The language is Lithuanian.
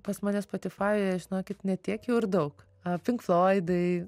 pas mane spotifajuje žinokit ne tiek jau ir daug pink floidai